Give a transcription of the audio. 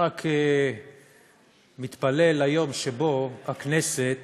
רק נתפלל ליום שבו הכנסת